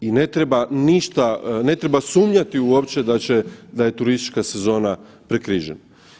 Ne treba ništa, ne treba sumnjati uopće da će, da je turistička sezona prekrižena.